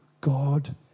God